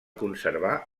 conservar